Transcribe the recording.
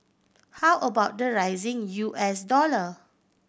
how about the rising U S dollar